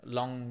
Long